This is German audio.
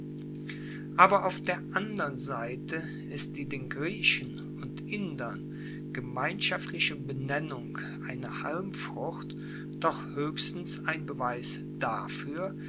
aber auf der andern seite ist die den griechen und indern gemeinschaftliche benennung einer halmfrucht doch hoechstens ein beweis dafuer